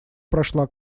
прошла